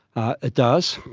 ah does.